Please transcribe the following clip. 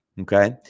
Okay